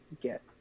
get